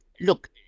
Look